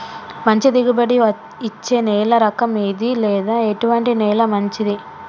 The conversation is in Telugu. మంచి దిగుబడి ఇచ్చే నేల రకం ఏది లేదా ఎటువంటి నేల మంచిది?